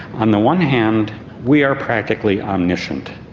on the one hand we are practically omniscient.